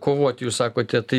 kovoti jūs sakote tai